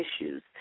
issues